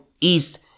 east